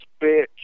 bitch